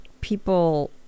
people